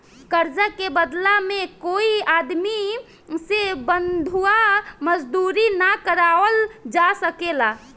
कर्जा के बदला में कोई आदमी से बंधुआ मजदूरी ना करावल जा सकेला